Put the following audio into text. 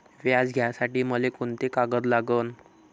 व्याज घ्यासाठी मले कोंते कागद लागन?